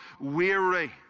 weary